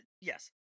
yes